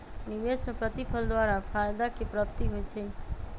निवेश में प्रतिफल द्वारा फयदा के प्राप्ति होइ छइ